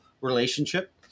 relationship